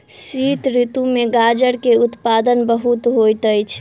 शीत ऋतू में गाजर के उत्पादन बहुत होइत अछि